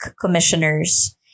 commissioners